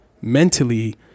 mentally